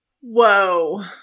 Whoa